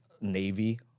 Navy